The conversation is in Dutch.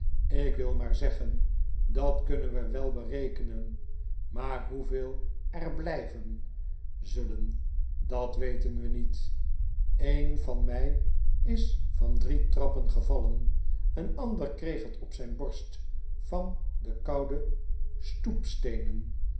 ik wil maar zeggen dat kunnen we wel berekenen maar hoeveel er blijven zullen dat weten we niet een van mij is van drie trappen gevallen een ander kreeg net op zijn borst van de koude stoepsteenen